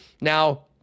Now